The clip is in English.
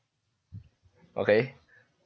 okay